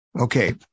Okay